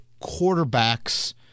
quarterbacks